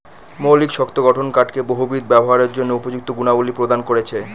মৌলিক শক্ত গঠন কাঠকে বহুবিধ ব্যবহারের জন্য উপযুক্ত গুণাবলী প্রদান করেছে